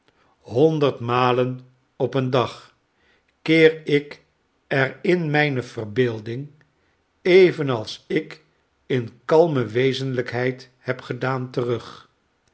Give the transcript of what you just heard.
honderdmalen op een dag keer ik er in mijne verbeelding evenals ik in kalme wezenlijkheid heb gedaan terug